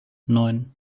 neun